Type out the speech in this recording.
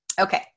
Okay